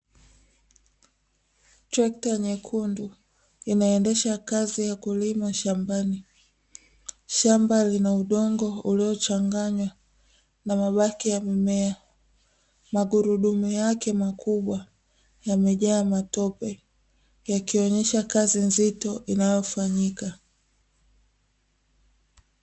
Trekta nyekundu inaendesha kazi ya kulima shambani, shamba lina udongo uliochanganywa na mabaki ya mimea, magurudumu yake makubwa yamejaa matope yakionesha kazi nzito inayofanyika.